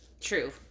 True